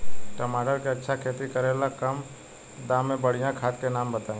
टमाटर के अच्छा खेती करेला कम दाम मे बढ़िया खाद के नाम बताई?